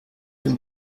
dem